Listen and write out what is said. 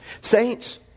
Saints